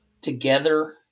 together